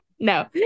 No